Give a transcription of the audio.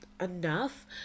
enough